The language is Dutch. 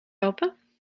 helpen